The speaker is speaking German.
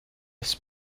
das